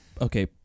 Okay